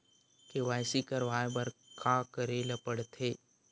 KYC करवाय बर का का करे ल पड़थे?